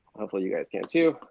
hopefully you guys can too.